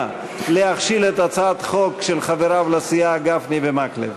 להכשיל את הצעת החוק של חבריו לסיעה גפני ומקלב.